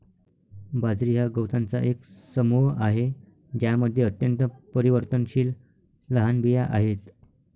बाजरी हा गवतांचा एक समूह आहे ज्यामध्ये अत्यंत परिवर्तनशील लहान बिया आहेत